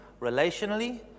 relationally